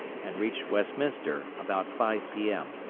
and reached westminster about five p m.